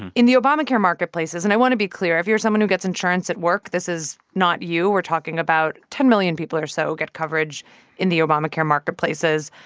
in the obamacare marketplaces and i want to be clear, if you're someone who gets insurance at work, this is not you. we're talking about ten million people or so get coverage in the obamacare marketplaces.